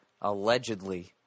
allegedly